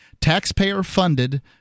Taxpayer-funded